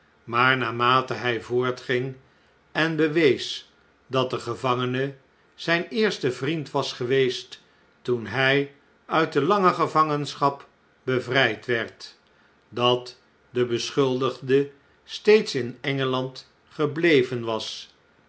maar naarmate hjj voortging en bewees dat de gevangene zjjn eerste vriend was geweest toen hjj uitde lange gevangenschap bevrijd werd dat de beschuldigde steeds in e n